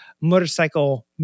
motorcycle –